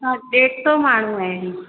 असां ॾेढ सौ माण्हू आहियूं